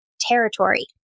territory